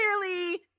clearly